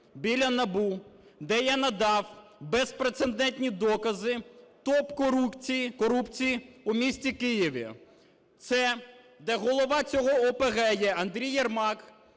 біля НАБУ, де я надав безпрецедентні докази топ-корупції у місті Києві. Це, де голова цього ОПГ є Андрій Єрмак,